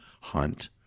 Hunt